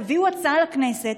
תביאו הצעה לכנסת,